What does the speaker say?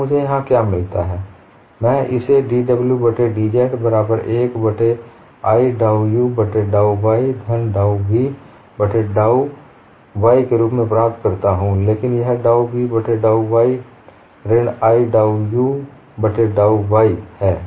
तो मुझे यहाँ क्या मिलता है मैं इसे dw बट्टे dz बराबर 1 बट्टे i डाउ u बट्टे डाउ y धन डाउ v बट्टे डाउ y के रुप में प्राप्त करता हूँ लेकिन यह डाउ v बट्टे डाउ y ऋण i डाउ u बट्टे डाउ y है